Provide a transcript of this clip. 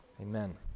Amen